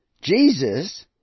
Jesus